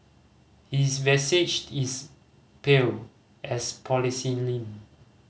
his visage is pale as porcelain